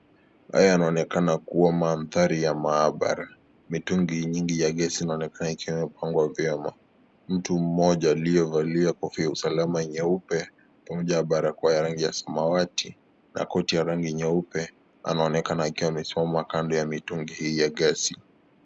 Haya yanaonekana kuwa maanthari ya maabara. Mitungi mingi ya gesi inaonekana ikiwekwa vyema. Mtu mmoja aliyevalia kofia ya usalama nyeupe, pamoja na barakoa ya rangi ya samawati, na koti ya rangi nyeupe, anaonekana akisimama karibu na mitungi hii ya gesi.